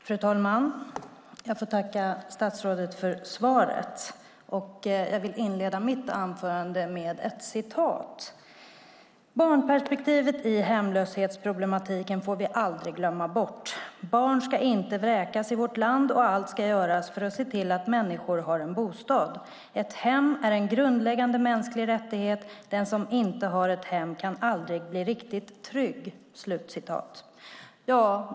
Fru talman! Jag tackar statsrådet för svaret. Jag vill inleda mitt anförande med ett citat: "Barnperspektivet i hemlöshetsproblematiken får vi aldrig glömma bort. Barn ska inte vräkas i vårt land, och allt ska göras för att se till att människor har en bostad. Ett hem är en grundläggande mänskliga rättighet. Den som inte har ett hem kan aldrig bli riktigt trygg."